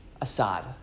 Assad